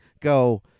go